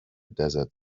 desert